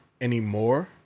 anymore